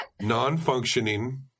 Non-functioning